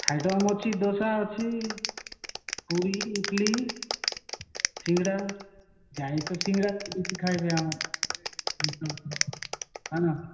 item ଅଛି ଦୋସା ଅଛି ପୁରୀ ଇଟ୍ଲିି ସିଙ୍ଗଡ଼ା ଯାଇତ ସିଙ୍ଗଡ଼ା ବେଶୀ ଖାଇବେ ଆମ